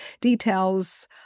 details